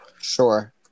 Sure